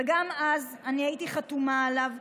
וגם אז אני הייתי חתומה עליו,